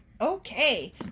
Okay